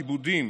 כיבודים.